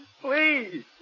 Please